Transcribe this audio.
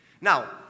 Now